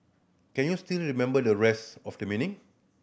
can you still remember the rest of the meaning